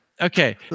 Okay